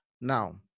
now